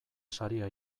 saria